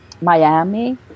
miami